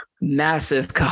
massive